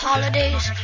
holidays